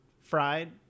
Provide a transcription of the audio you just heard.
fried